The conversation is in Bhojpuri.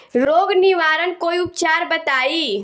रोग निवारन कोई उपचार बताई?